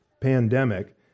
pandemic